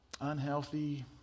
unhealthy